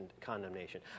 condemnation